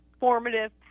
formative